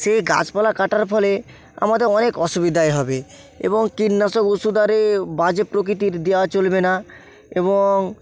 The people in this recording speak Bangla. সেই গাছপালা কাটার ফলে আমাদের অনেক অসুবিধা এ হবে এবং কীটনাশক ওষুধ আরে বাজে প্রকৃতির দেওয়া চলবে না এবং